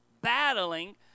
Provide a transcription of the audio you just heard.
Battling